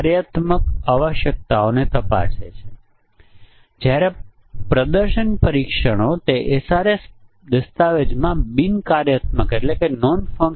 પરંતુ ચાલો આપણે એક સરળ અલ્ગોરિધમનો જોઈએ જે મોટા ભાગે જોડી મુજબની પરીક્ષણ આપશે મારો મતલબ કે તે જોડી મુજબના ટેસ્ટ કેસની શ્રેષ્ઠ સંખ્યા નથી આપતું પણ તેની ઘણું નજીક છે